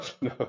no